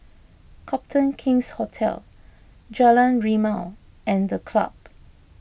Copthorne King's Hotel Jalan Rimau and the Club